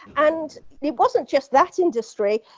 and it wasn't just that industry.